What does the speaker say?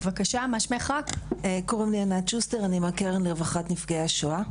אני מהקרן לרווחת נפגעי השואה.